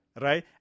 right